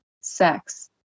sex